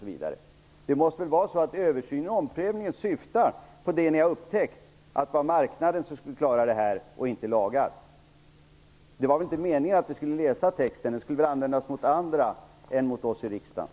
Omprövningen och översynen måste väl syfta på det som ni har upptäckt, att det var marknaden som skulle klara det här och inte lagar. Det var kanske inte meningen att vi skulle läsa texten. Den skulle väl användas mot andra än mot oss i riksdagen.